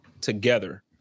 together